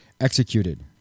executed